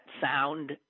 sound